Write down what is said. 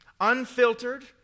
unfiltered